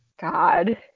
God